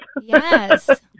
Yes